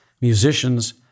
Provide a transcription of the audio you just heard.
musicians